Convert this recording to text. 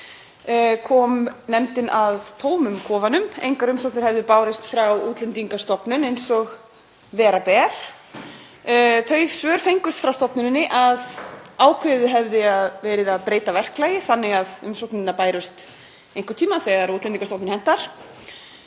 kom nefndin að tómum kofanum, engar umsóknir höfðu borist frá Útlendingastofnun eins og vera ber. Þau svör fengust frá stofnuninni að ákveðið hefði verið að breyta verklagi þannig að umsóknirnar bærust einhvern tímann þegar Útlendingastofnun hentaði.